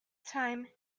time